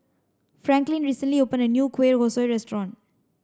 Franklin recently opened a new Kueh Kosui restaurant